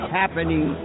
happening